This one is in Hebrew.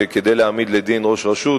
כדי להעמיד לדין ראש רשות,